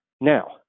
Now